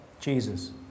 Jesus